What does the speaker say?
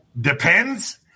Depends